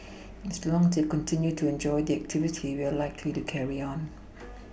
as long as they continue to enjoy the activity we are likely to carry on